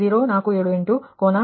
ಆದರೆ ಇದು 0